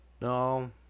No